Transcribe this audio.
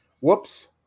whoops